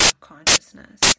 consciousness